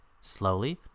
Slowly